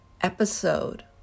episode